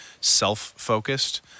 self-focused